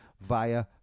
via